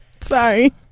Sorry